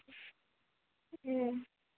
ए